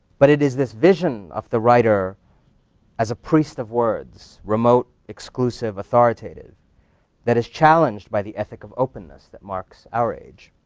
but it is this vision of the writer as a priest of words remote, exclusive, authoritative that is challenged by the ethic of openness that marks our age.